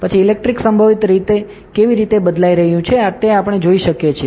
પછી ઇલેક્ટ્રિક સંભવિત કેવી રીતે બદલાઇ રહ્યું છે તે આપણે જોઈ શકીએ છીએ